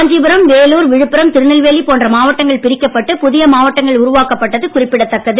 காஞ்சீபுரம் வேலூர் விழுப்புரம் திருநெல்வேலி போன்ற மாவட்டங்கள் பிரிக்கப்பட்டு புதிய மாவட்டங்கள் உருவாக்கப்பட்டது குறிப்பிடத்தக்கது